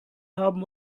haben